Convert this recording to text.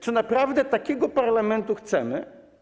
Czy naprawdę takiego Parlamentu chcemy?